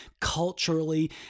culturally